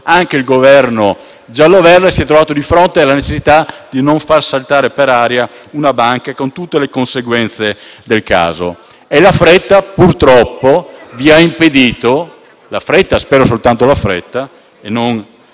anche il Governo giallo-verde si è trovato di fronte alla necessità di non far saltare per aria una banca, con tutte le conseguenze del caso. La fretta, purtroppo - e spero soltanto quella,